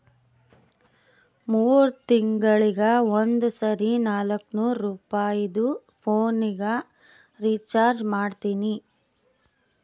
ಮೂರ್ ತಿಂಗಳಿಗ ಒಂದ್ ಸರಿ ನಾಕ್ನೂರ್ ರುಪಾಯಿದು ಪೋನಿಗ ರೀಚಾರ್ಜ್ ಮಾಡ್ತೀನಿ